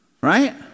right